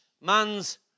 man's